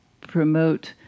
promote